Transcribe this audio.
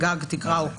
ובגלל שאין פה